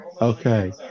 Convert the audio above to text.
Okay